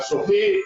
הסופי,